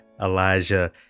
elijah